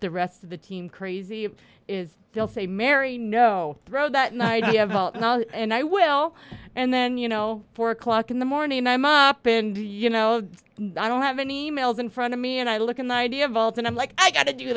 the rest of the team crazy is they'll say merry no throw that night and i will and then you know four o'clock in the morning and i'm up and you know i don't have any males in front of me and i look in the idea vault and i'm like i got to do